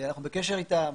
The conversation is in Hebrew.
אנחנו בקשר אתם.